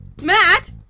Matt